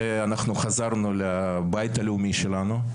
שחזרנו לבית הלאומי שלנו,